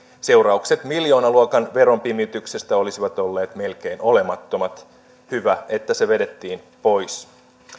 seuraukset miljoonaluokan veronpimityksistä olisivat olleet melkein olemattomat hyvä että se vedettiin pois